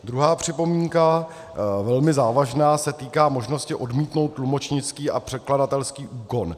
Druhá připomínka, velmi závažná, se týká možnosti odmítnout tlumočnický a překladatelský úkon.